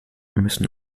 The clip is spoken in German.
müssen